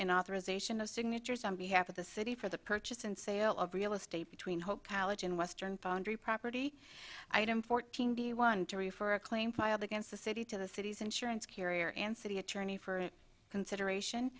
in authorization of signatures on behalf of the city for the purchase and sale of real estate between hope in western foundry property item fourteen b one jury for a claim filed against the city to the city's insurance carrier and city attorney for consideration